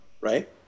right